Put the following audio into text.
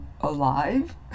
alive